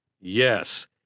Yes